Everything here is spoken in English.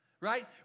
right